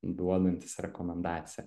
duodantis rekomendaciją